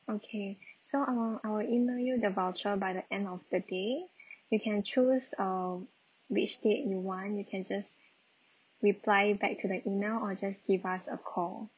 okay so I will I will email you the voucher by the end of the day you can choose uh which date you want you can just reply back to the email or just give us a call